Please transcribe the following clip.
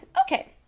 okay